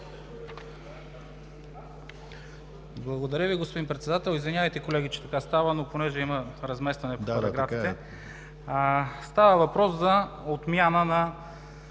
Благодаря Ви, господин Председател! Извинявайте, колеги, че така става, но понеже има разместване в параграфите. Става въпрос за отмяна на